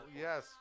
Yes